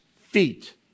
feet